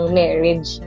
marriage